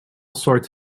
sorts